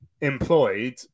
employed